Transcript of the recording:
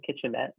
kitchenette